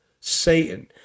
satan